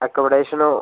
അക്കോമഡേഷനോ